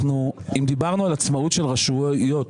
אם דיברנו על עצמאות של רשויות,